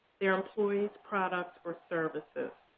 their employees, products, or services.